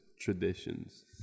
traditions